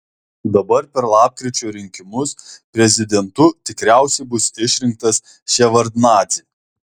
dabar per lapkričio rinkimus prezidentu tikriausiai bus išrinktas ševardnadzė